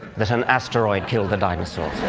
that an asteroid killed the dinosaurs.